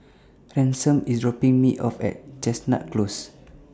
Ransom IS dropping Me off At Chestnut Close